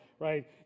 right